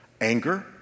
anger